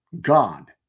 God